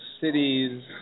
cities